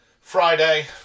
Friday